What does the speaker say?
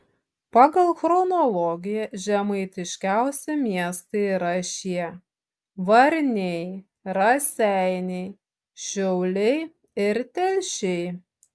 pagal chronologiją žemaitiškiausi miestai yra šie varniai raseiniai šiauliai ir telšiai